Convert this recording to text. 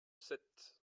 sept